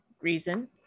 reason